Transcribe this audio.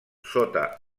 sota